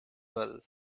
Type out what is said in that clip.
well